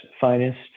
finest